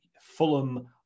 Fulham